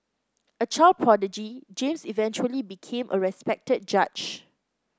a child prodigy James eventually became a respected judge